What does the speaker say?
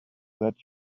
that